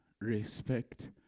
Respect